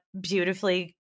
beautifully